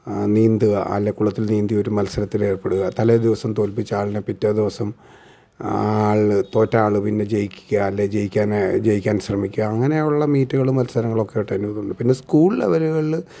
നീന്തുക അല്ലെങ്കിൽ കുളത്തിൽ നീന്തിയൊരു മത്സരത്തിലേർപ്പെടുക തലേദിവസം തോൽപ്പിച്ചയാളിനെ പിറ്റേ ദിവസം ആ ആൾ തോറ്റ ആൾ പിന്നെ ജയിക്കുക അല്ലെങ്കിൽ ജയിക്കാൻ ആ ജയിക്കാൻ ശ്രമിക്കുക അങ്ങനെയുള്ള മീറ്റുകളും മത്സരങ്ങളൊക്കെയായിട്ടേ പിന്നെ സ്കൂൾ ലെവലുകൾ